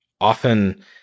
often